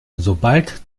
sobald